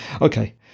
Okay